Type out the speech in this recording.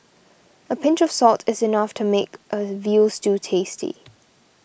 a pinch of salt is enough to make a Veal Stew tasty